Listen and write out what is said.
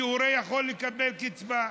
שהורה יכול לקבל קצבה,